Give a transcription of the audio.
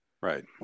right